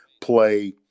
play